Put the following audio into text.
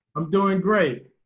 i'm doing great.